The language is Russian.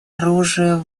оружия